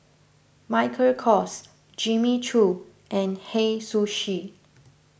Michael Kors Jimmy Choo and Hei Sushi